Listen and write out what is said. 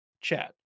chat